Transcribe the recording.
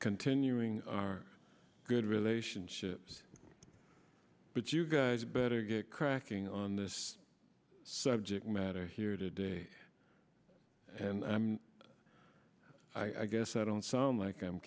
continuing our good relationships but you guys better get cracking on this subject matter here today and i guess i don't sound like i'm